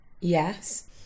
Yes